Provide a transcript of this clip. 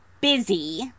busy